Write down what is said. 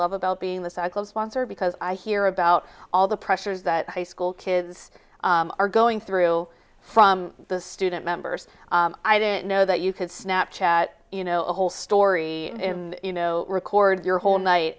love about being the cycle sponsor because i hear about all the pressures that high school kids are going through from the student members i didn't know that you could snap chat you know a whole story you know record your whole night